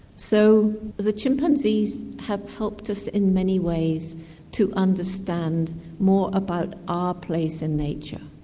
so the chimpanzees have helped us in many ways to understand more about our place in nature.